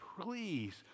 please